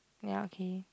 ya okay